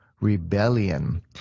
rebellion